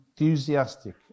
enthusiastic